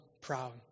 proud